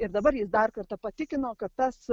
ir dabar jis dar kartą patikino kad tas